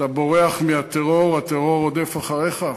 כשאתה בורח מהטרור הטרור רודף אחריך?